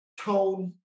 tone